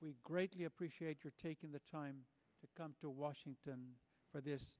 we greatly appreciate your taking the time to come to washington for this